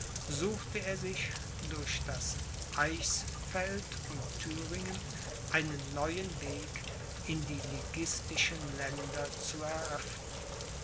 suchte er sich durch das eichsfeld und thüringen einen neuen weg in die liguistischen länder zu eröffnen